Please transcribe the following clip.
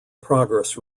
progress